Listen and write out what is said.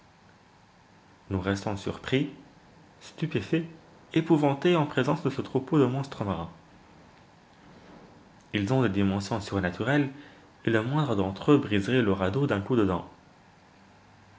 nous restons surpris stupéfaits épouvantés en présence de ce troupeau de monstres marins ils ont des dimensions surnaturelles et le moindre d'entre eux briserait le radeau d'un coup